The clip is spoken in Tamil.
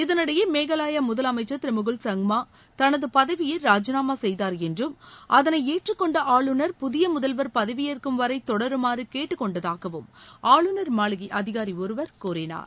இதனிடையே மேகாலயா முதலமைச்சர் திரு முகுல் சுங்மா தனது பதவியை ராஜினாமா செய்தார் என்றும் அதனை ஏற்றுக் கொண்ட ஆளுநர் புதிய முதல்வர் பதவியேற்கும் வரை தொடருமாறு கேட்டுக் கொண்டதாகவும் ஆளுநர் மாளிகை அதிகாரி ஒருவர் கூறினார்